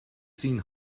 seen